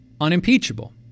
Unimpeachable